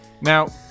now